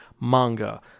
manga